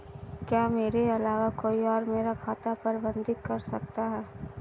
क्या मेरे अलावा कोई और मेरा खाता प्रबंधित कर सकता है?